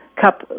cup